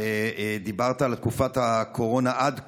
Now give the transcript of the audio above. ודיברת על תקופת הקורונה עד כה.